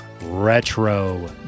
retro